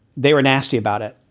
they were nasty about it,